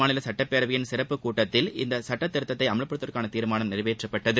மாநில சட்டப்பேரவையின் சிறப்புக் கூட்டத்தில் இச்சட்டத் கேரள திருத்தத்தை அமல்படுத்துவதற்கான தீர்மானம் நிறைவேற்றப்பட்டது